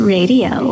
Radio